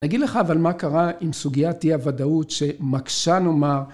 נגיד לך אבל מה קרה עם סוגיית אי הוודאות שמקשה לומר...